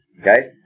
Okay